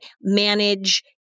manage